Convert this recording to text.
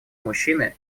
мужчины